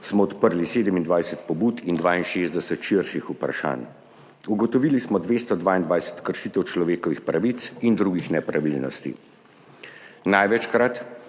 smo odprli 27 pobud in 62 širših vprašanj. Ugotovili smo 222 kršitev človekovih pravic in drugih nepravilnosti. Največkrat